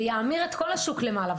זה יאמיר את כל השוק למעלה.